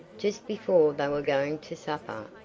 just before they were going to supper,